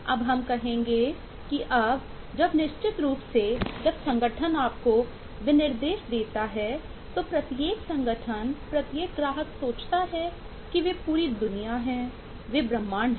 अब हम कहेंगे कि अब जब निश्चित रूप से जब संगठन आपको विनिर्देश देता है तो प्रत्येक संगठन प्रत्येक ग्राहक सोचता है कि वे पूरी दुनिया हैं वे ब्रह्मांड हैं